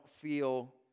feel